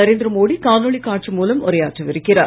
நரேந்திர மோடி காணொளி காட்சி மூலம் உரையாற்றவிருக்கிறார்